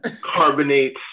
carbonates